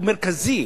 הוא מרכזי.